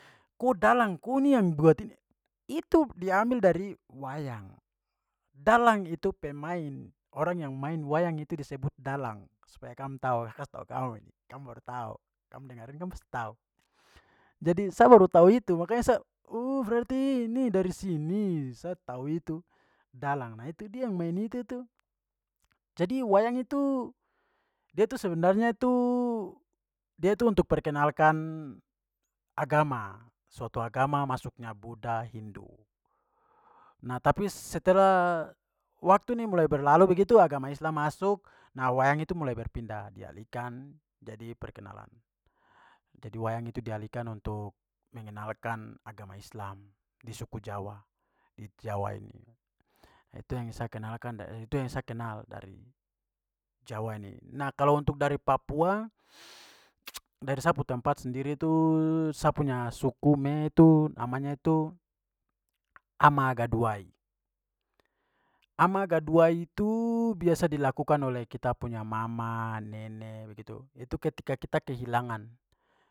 "Ko dalang, ko ni yang buat ini," itu diambil dari wayang. Dalang itu pemain. Orang yang main wayang itu disebut dalang. Supaya kam tahu, sa kas tahu kau ini, kam baru tahu, kam dengar ini kam pasti tahu. Jadi sa baru tahu itu makanya sa, uh, berarti ini dari sini, sa tahu itu dalang. Nah, itu dia yang main itu tu. Jadi wayang itu dia itu sebenarnya tu, dia itu untuk perkenalkan agama, suatu agama masuknya budha, hindu. Nah, tapi setelah waktu ini mulai berlalu begitu, agama islam masuk, nah, wayang itu mulai berpindah, dialihkan jadi perkenalan. Jadi wayang itu dialihkan untuk mengenalkan agama islam di suku jawa, di jawa ini. Itu yang saya kenalkan itu yang saya kenal dari jawa ini. Nah, kalau untuk dari papua dari sa pu tempat sendiri tu, sa punya sukume itu, namanya itu amagadwai. Amagadwai itu biasa dilakukan oleh kita punya mama, nene, begitu. Itu ketika kita kehilangan.